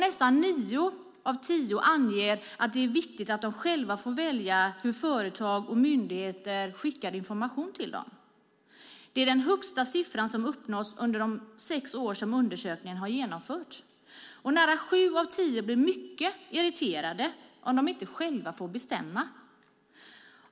Nästan nio av tio anger att det är viktigt att de själva får välja hur företag och myndigheter skickar information till dem. Det är den högsta siffran som uppnåtts under de sex år som undersökningen har genomförts. Och nära sju av tio blir mycket irriterade om de inte själva får bestämma.